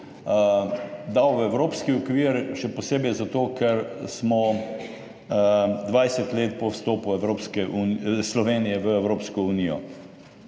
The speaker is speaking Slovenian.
dal v evropski okvir, še posebej zato, ker smo 20 let po vstopu Evropske Slovenije v Evropsko unijo.